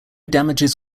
damages